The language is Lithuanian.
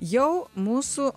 jau mūsų